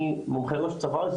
שאני מומחה ראש צוואר,